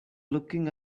looking